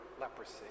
leprosy